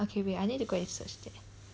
okay wait I need to go and search that